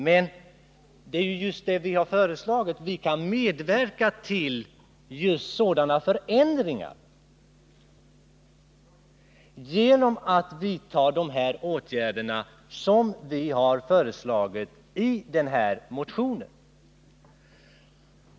Men det är ju just detta vi föreslagit. Sverige kan medverka till sådana förändringar genom att vidta de åtgärder som föreslagits i motionen.